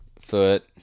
Foot